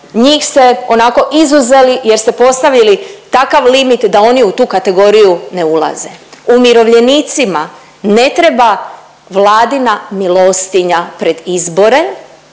njih ste onako izuzeli jer ste postavili takav limit da oni u tu kategoriju ne ulaze. Umirovljenicima ne treba Vladina milostinja pred izbore,